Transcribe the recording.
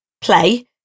play